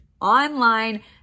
online